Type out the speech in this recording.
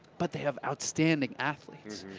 but they have outstanding athletes.